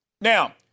Now